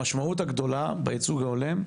המשמעות הגדולה בייצוג ההולם,